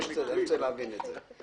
דקה אחרי זה אתה כבר מבטל את זה.